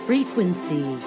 Frequency